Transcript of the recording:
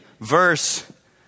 verse